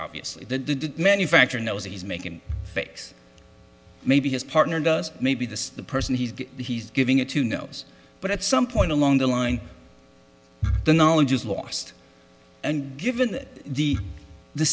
obviously the manufacturer knows he's making fakes maybe his partner does maybe this the person he's he's giving it to knows but at some point along the line the knowledge is lost and given that the